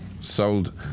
Sold